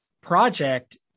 project